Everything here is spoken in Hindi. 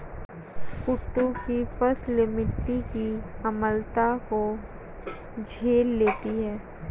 कुट्टू की फसल मिट्टी की अम्लता को झेल लेती है